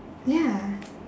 ya